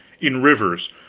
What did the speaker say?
in rivers,